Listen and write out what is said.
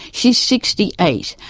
she's sixty eight,